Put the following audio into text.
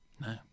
No